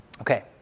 Okay